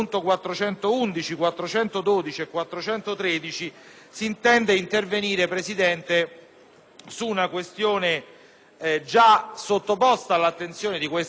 s'intende intervenire su una questione già sottoposta all'attenzione di quest'Aula, quando, con la finanziaria del 2008,